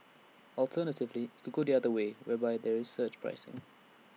alternatively IT could go the other way whereby there's surge pricing